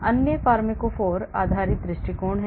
अन्य फार्माकोफोर आधारित दृष्टिकोण है